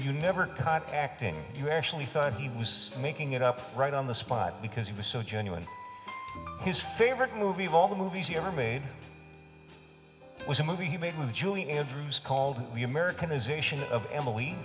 you never cut acting you actually thought he was making it up right on the spot because it was so genuine his favorite movie of all the movies ever made was a movie he made with julie andrews called the american